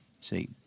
See